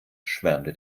schwärmte